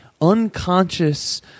unconscious